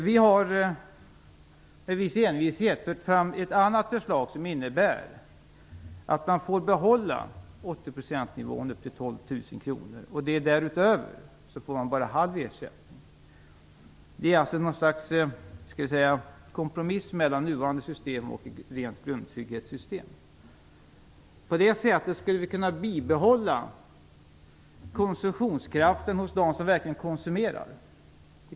Vi har, med viss envishet, fört fram ett annat förslag, som innebär att man får behålla 80-procentsnivån upp till 12 000 kr. Därutöver får man bara halv ersättning. Det är något slags kompromiss mellan nuvarande system och ett rent grundtrygghetssystem. På det sättet skulle vi kunna bibehålla konsumtionskraften hos dem som verkligen konsumerar.